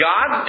God